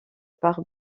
pare